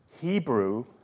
Hebrew